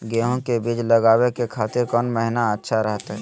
गेहूं के बीज लगावे के खातिर कौन महीना अच्छा रहतय?